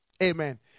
Amen